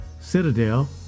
Citadel